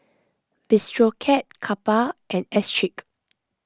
Bistro Cat Kappa and Schick